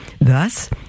Thus